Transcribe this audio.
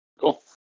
Cool